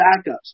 backups